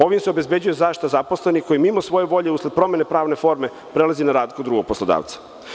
Ovim se obezbeđuje zaštita zaposlenih koji mimo svoje volje, usled promene pravne forme, prelazi na rad kod drugog poslodavca.